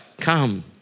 come